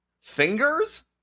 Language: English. Fingers